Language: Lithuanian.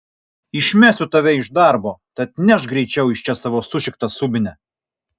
išmesiu tave iš darbo tad nešk greičiau iš čia savo sušiktą subinę